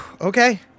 Okay